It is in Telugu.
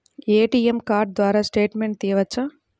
ఏ.టీ.ఎం కార్డు ద్వారా స్టేట్మెంట్ తీయవచ్చా?